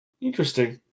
interesting